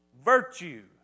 virtue